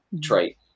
trait